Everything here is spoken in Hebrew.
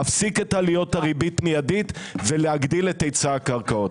להפסיק את עליות הריבית מידית ולהגדיל את היצע הקרקעות.